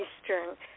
Eastern